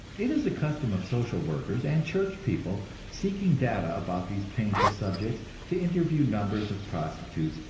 it is a custom of social workers and church people, seeking data about these painful subjects, to interview numbers of prostitutes,